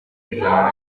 ijana